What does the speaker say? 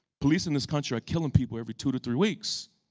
police in this country are killing people every two to three weeks.